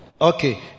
Okay